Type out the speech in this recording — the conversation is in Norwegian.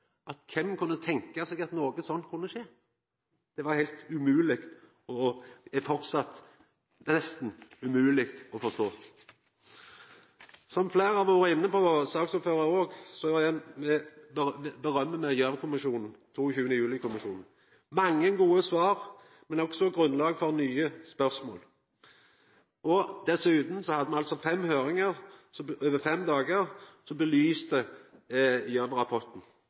at kven kunne tenkja seg at noko sånt kunne skje? Det var heilt umogleg å forstå – og er framleis nesten umogleg å forstå. Som fleire har vore inne på, saksordføraren òg, vil eg rosa Gjørv-kommisjonen – 22. juli-kommisjonen. Det er mange gode svar, men det er også grunnlag for nye spørsmål. Dessutan hadde me fem høyringar over fem dagar som belyste